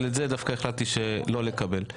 אבל את זה דווקא החלטתי שלא לקבל,